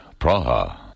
Praha